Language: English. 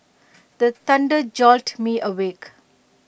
the thunder jolt me awake